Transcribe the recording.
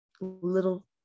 Little